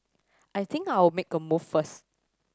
I think I'll make a move first